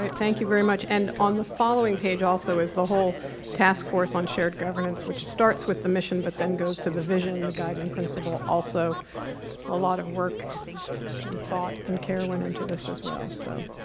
ah thank you very much and on the following page also is the whole task force on shared governance which starts with the mission but then goes to the vision and the guiding principle also a lot of work and thought and care went into this as well so